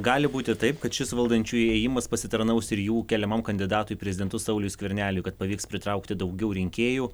gali būti taip kad šis valdančiųjų ėjimas pasitarnaus ir jų keliamam kandidatui į prezidentus sauliui skverneliui kad pavyks pritraukti daugiau rinkėjų